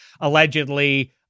allegedly